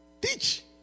Teach